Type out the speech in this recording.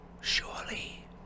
Surely